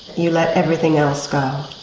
you let everything else go.